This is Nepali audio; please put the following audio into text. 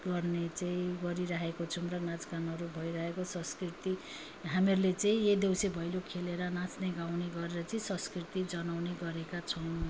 गर्ने चाहिँ गरिराखेको छौँ र नाच गानहरू भइरहेको संस्कृति हामीहरूले चाहिँ यही देउसी भैलो खेलेर नाच्ने गाउने गरेर चाहिँ संस्कृति जनाउने गरेका छौँ